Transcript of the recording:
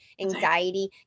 anxiety